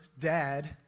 dad